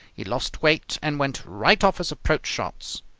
he lost weight and went right off his approach shots.